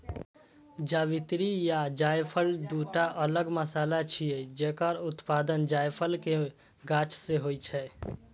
जावित्री आ जायफल, दूटा अलग मसाला छियै, जकर उत्पादन जायफल के गाछ सं होइ छै